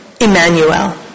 Emmanuel